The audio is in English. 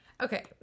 Okay